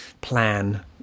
plan